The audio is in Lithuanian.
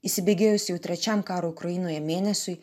įsibėgėjus jau trečiam karui ukrainoje mėnesiui